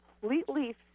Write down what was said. completely